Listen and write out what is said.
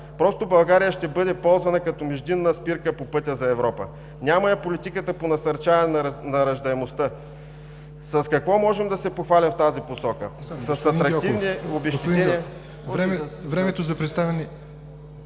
Просто България ще бъде ползвана като междинна спирка по пътя за Европа. Няма я политиката по насърчаване на раждаемостта. С какво можем да се похвалим в тази посока? С атрактивни обезщетения…